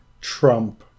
Trump